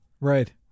Right